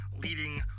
leading